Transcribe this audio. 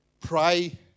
pray